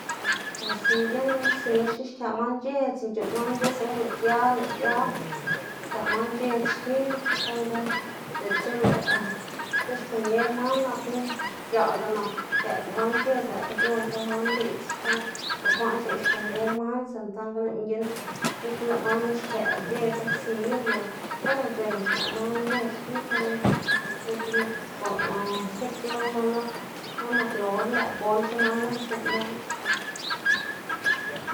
Bos mginn or sil xki xkë man c̲h̲edz y c̲h̲uꞌnn mas bis or lëꞌ gia lë giab, xkëꞌ man c̲h̲edz xki, saꞌnga diꞌltsa lëꞌ sti xkomier man napna x̱aꞌga nak xkëꞌga man c̲h̲edz lëꞌkga c̲h̲ondla man diꞌdz xka, bukwaꞌn xneꞌ xkomier man sinda saꞌnga lëꞌ mginn gibla lëꞌ man knu xkëꞌ c̲h̲edz or sil y or udze xkëꞌ man c̲h̲edz xki saꞌnga nikla stib lo man nak man nak lor lëꞌkga gondc̲h̲a man guꞌn xneꞌman knu.